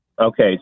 okay